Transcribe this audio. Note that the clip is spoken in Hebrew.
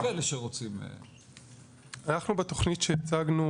אנחנו בתוכנית שהצגנו,